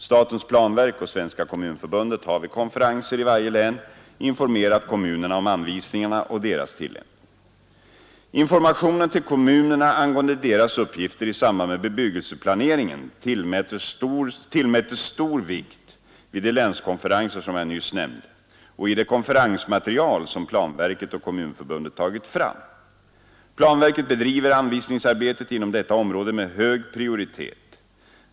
Statens planverk och Svenska kommunförbundet har vid konferenser i varje län informerat kommunerna om anvisningarna och deras tillämpning. Informationen till kommunerna angående deras uppgifter i samband med bebyggelseplaneringen tillmättes stor vikt vid de länskonferenser som jag nyss nämnde och i det konferensmaterial som planverket och Kommunförbundet tagit fram. Planverket bedriver anvisningsarbetet inom detta område med hög prioritet.